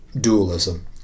dualism